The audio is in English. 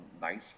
nice